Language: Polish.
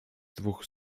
dwóch